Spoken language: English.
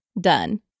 done